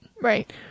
Right